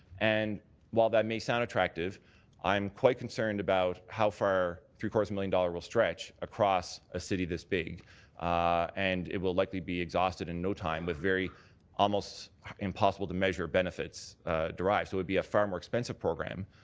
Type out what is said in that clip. and while that may sound attractive i'm quite concerned about how far three-quarters of a million dollars will stretch across a city this big and it will likely be exhausted in no time with very almost impossible to measure benefits derived. it would be a far more expensive program.